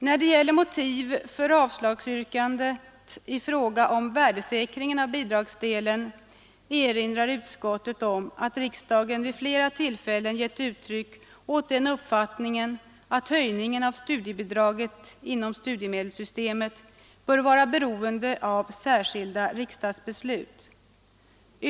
När det gäller motiv för avslagsyrkandet i fråga om värdesäkringen av bidragsdelen erinrar utskottet om att riksdagen vid flera tillfällen gett uttryck åt den uppfattningen, att höjningen av studiebidraget inom studiemedelssystemet bör vara beroende av särskilda riksdagsbeslut.